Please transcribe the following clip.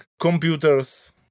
computers